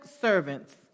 servants